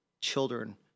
children